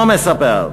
מספר,